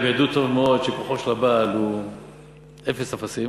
והם ידעו טוב מאוד שכוחו של הבעל הוא אפס אפסים,